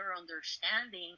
understanding